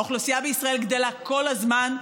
האוכלוסייה בישראל גדלה כל הזמן,